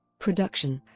production